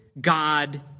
God